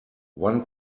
one